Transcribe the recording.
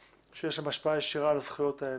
שיש להן השפעה ישירה על הזכויות האלה.